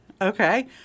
okay